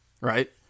right